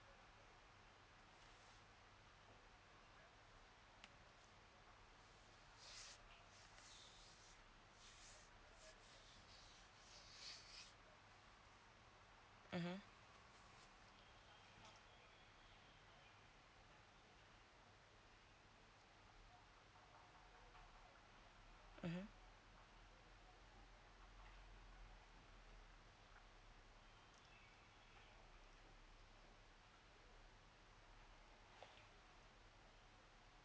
mm mm